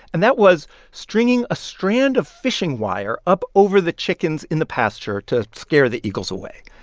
and that was stringing a strand of fishing wire up over the chickens in the pasture to scare the eagles away.